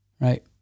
right